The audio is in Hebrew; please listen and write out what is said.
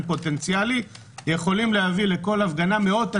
פוטנציאלי יכולים להביא לכל הפגנה מאות אנשים.